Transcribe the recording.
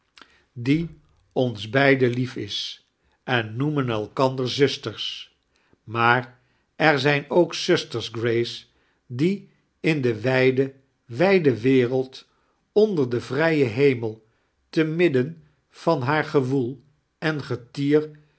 die ons beiden lief is en noeanen elkandeir zusters maar er zijn ook austere gracei die in de wijde wijde wepeld onder den vrijen hemel te midden van haar gewoel en